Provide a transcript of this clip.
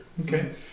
Okay